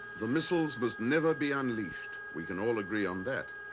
the missiles must never be unleashed we can all agree on that.